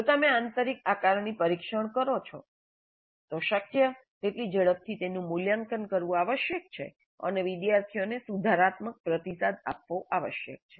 જો તમે આંતરિક આકારણી પરીક્ષણ કરો છો તો શક્ય તેટલી ઝડપથી તેનું મૂલ્યાંકન કરવું આવશ્યક છે અને વિદ્યાર્થીઓને સુધારાત્મક પ્રતિસાદ આપવો આવશ્યક છે